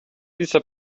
dieser